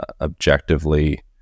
objectively